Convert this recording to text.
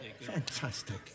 Fantastic